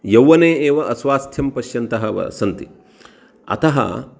यौवने एव अस्वास्थ्यं पश्यन्तः व सन्ति अतः